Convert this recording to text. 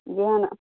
जेहन